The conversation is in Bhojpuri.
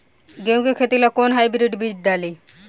गेहूं के खेती ला कोवन हाइब्रिड बीज डाली?